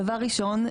דבר ראשון,